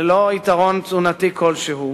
ללא יתרון תזונתי כלשהו.